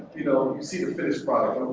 you know see the finished